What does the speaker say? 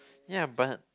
ya but